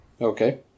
Okay